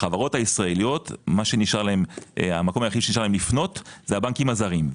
החברות הישראליות המקום היחיד שנותר להן לפנות זה הבנקים הזרים.